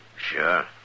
Sure